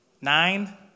nine